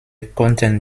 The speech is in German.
konnten